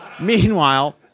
Meanwhile